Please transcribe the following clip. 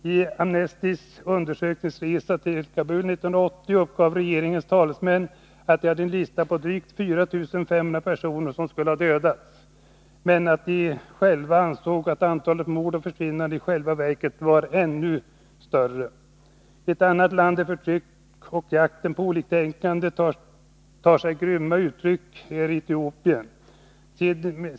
Vid Amnestys undersökningsresa till Kabul 1980 uppgav regeringens talesmän att de hade en lista på drygt 4 500 personer som skulle ha dödats, men att de själva ansåg att antalet mord och försvinnanden i själva verket var ännu större. Ett annat land där förtryck och jakten på oliktänkande tar sig grymma uttryck är Etiopien.